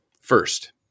first